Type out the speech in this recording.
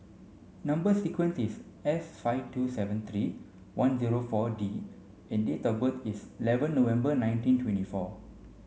number sequence is S five two seven three one zero four D and date of birth is eleven November nineteen twenty four